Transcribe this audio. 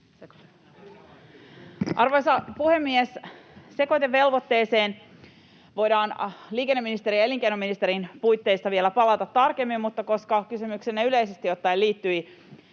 Arvoisa puhemies! Sekoitevelvoitteeseen voidaan liikenneministerin ja elinkeinoministerin puitteissa vielä palata tarkemmin, mutta koska kysymyksenne yleisesti ottaen liittyi